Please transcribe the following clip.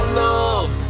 love